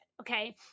okay